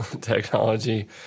technology